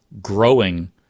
growing